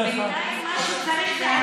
בינתיים הם לא צריכים הגנה.